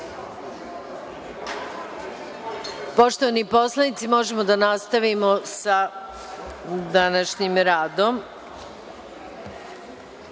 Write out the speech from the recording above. Poštovani poslanici, možemo da nastavimo sa današnjim